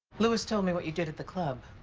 louis told me what you did at the club.